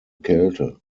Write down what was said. kälte